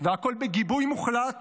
והכול בגיבוי מוחלט